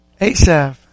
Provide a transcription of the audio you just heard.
Asaph